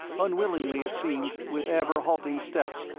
unwillingly it seemed, with ever-halting steps,